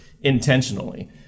intentionally